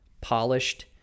polished